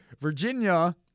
Virginia